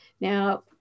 Now